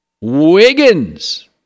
Wiggins